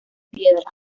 piedra